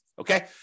okay